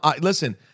Listen